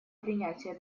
принятия